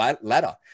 ladder